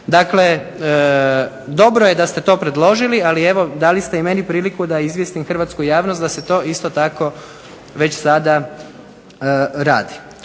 Dakle, dobro je da ste to predložili, ali evo dali ste i meni priliku da izvijestim hrvatsku javnost da se to već sada rad.